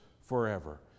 forever